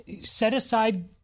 set-aside